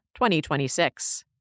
2026